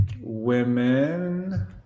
Women